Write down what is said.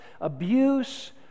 abuse